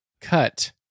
cut